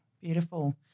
Beautiful